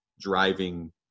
driving